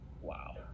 wow